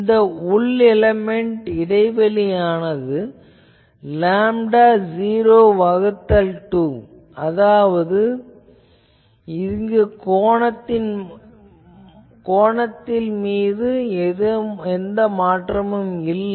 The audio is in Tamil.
இந்த உள் எலேமென்ட் இடைவெளியானது லேம்டா 0 வகுத்தல் 2 ஆனால் இங்கு கோணத்தின் மாற்றம் எழுதப்படவில்லை